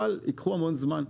אבל ייקחו המון זמן.